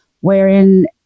wherein